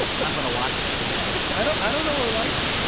and i'm going to watch it every day i don't i don't know her life.